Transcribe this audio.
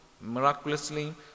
miraculously